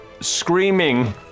screaming